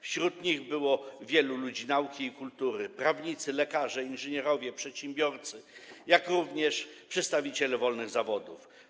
Wśród nich było wielu ludzi nauki i kultury, prawnicy, lekarze, inżynierowie, przedsiębiorcy, jak również przedstawiciele wolnych zawodów.